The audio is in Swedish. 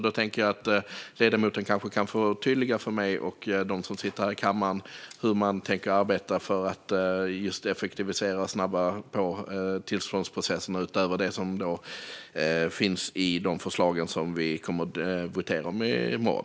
Jag tänker att ledamoten kanske kan förtydliga för mig och dem som sitter här i kammaren hur man tänker arbeta för att just effektivisera och snabba på tillståndsprocesserna - utöver det som finns i de förslag vi kommer att votera om i morgon.